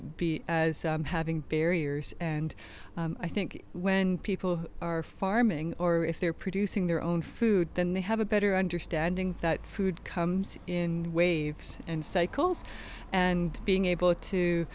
having barriers and i think when people are farming or if they're producing their own food then they have a better understanding that food comes in waves and cycles and being able to